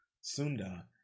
Sunda